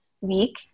week